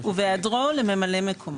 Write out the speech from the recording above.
ובהיעדרו לממלא מקומו.